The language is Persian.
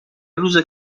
روز